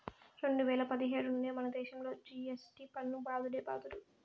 రెండు వేల పదిహేను నుండే మనదేశంలో జి.ఎస్.టి పన్ను బాదుడే బాదుడు